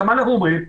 מה אנחנו אומרים?